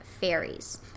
Fairies